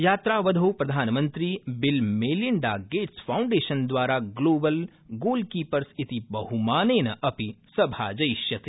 यात्रावधौ प्रधानमन्त्री Bill Melinda Gates Foundation द्वारा Global Goalkeepers इति बहुमानेन अपि सभाजयिष्यते